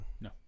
No